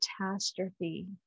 catastrophe